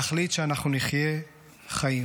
להחליט שאנחנו נחיה חיים,